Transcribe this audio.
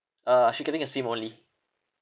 uh she getting a SIM only